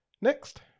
Next